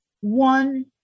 one